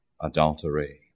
adultery